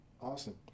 awesome